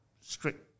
strict